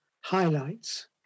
highlights